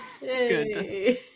Good